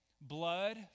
Blood